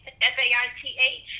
F-A-I-T-H